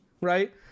right